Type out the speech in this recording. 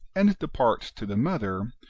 and departs to the mother,